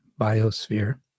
biosphere